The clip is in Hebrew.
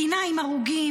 מדינה עם הרוגים,